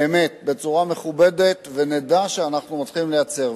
באמת, בצורה מכובדת, ונדע שאנחנו מתחילים לייצר.